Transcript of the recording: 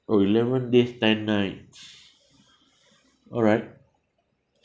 oh eleven days ten nights alright